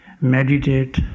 meditate